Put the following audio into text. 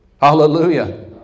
Hallelujah